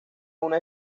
una